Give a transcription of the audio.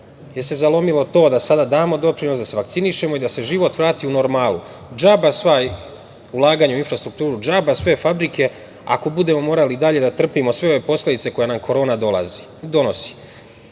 se zalomilo to da sada damo doprinos, da se vakcinišemo i da se život vrati u normalu. Džaba sva ulaganja u infrastrukturu, džaba sve fabrike ako budemo morali i dalje da trpimo sve ove posledice koje nam korona donosi. Mi